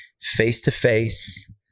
face-to-face